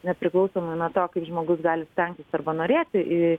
nepriklausomai nuo to kaip žmogus gali stengtis arba norėti į